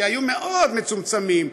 שהיו מאוד מצומצמים,